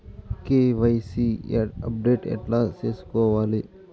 KYC update ఎట్లా సేసుకోవాలి?